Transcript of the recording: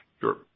Sure